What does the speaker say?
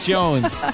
Jones